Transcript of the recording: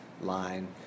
line